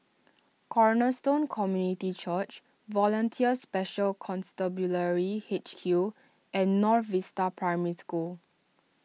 Cornerstone Community Church Volunteer Special Constabulary H Q and North Vista Primary School